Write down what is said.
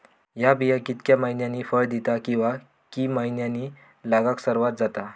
हया बिया कितक्या मैन्यानी फळ दिता कीवा की मैन्यानी लागाक सर्वात जाता?